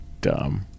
dumb